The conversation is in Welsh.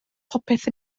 popeth